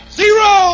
zero